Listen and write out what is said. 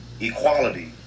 Equality